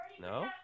no